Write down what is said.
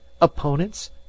opponents